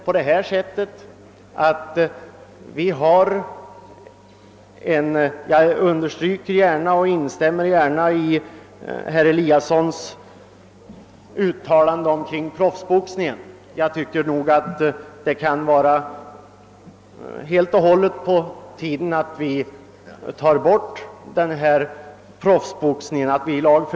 Jag understryker och instämmer i uttalandet av herr Eliasson i Sundborn om proffsboxningen; jag tycker verkligen att det kan vara på tiden att vi i lag förbjuder proffsboxningen.